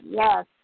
yes